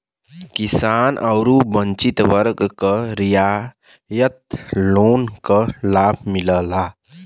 किसान आउर वंचित वर्ग क रियायत लोन क लाभ मिलला